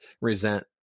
resent